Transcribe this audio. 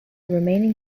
remaining